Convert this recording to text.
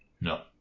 No